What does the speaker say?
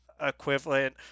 equivalent